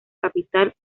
capital